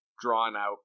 drawn-out